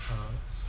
france